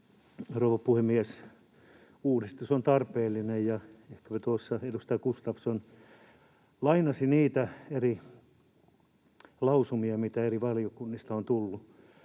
rouva puhemies! Uudistus on tarpeellinen, kuten tuossa edustaja Gustafsson lainasi niitä eri lausumia, mitä eri valiokunnista on tullut